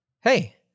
hey